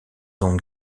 ondes